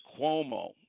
Cuomo